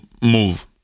move